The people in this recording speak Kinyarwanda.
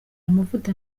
amavuta